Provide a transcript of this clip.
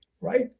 right